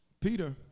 Peter